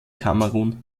kamerun